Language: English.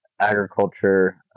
agriculture